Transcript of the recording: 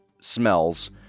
smells